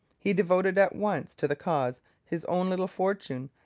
he devoted at once to the cause his own little fortune,